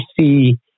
see